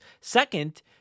Second